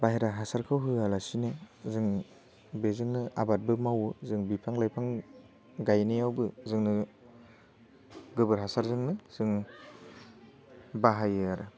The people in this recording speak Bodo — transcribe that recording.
बाइहेरा हासारखौ होआलासिनो जों बेजोंनो आबादबो मावो जों बिफां लाइफां गायनायावबो जोंनो गोबोर हासारजोंनो जोङो बाहायो आरो